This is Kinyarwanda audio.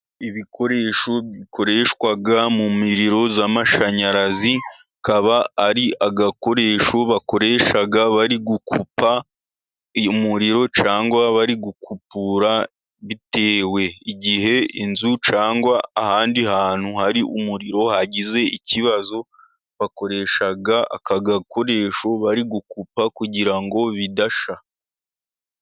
Ibikoresho bikoreshwa mu miriro y'amashanyarazi, akaba ari agakoresho bakoresha bari gukupa umuriro cyangwa bari gukubura, bitewe igihe inzu cyangwa ahandi hantu hari umuriro hagize ikibazo, bakoresha aka gakoresho bari gukupa kugira ngo bidashya.